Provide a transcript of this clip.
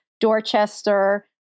Dorchester